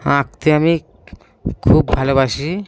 আঁকতে আমি খুব ভালোবাসি